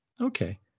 Okay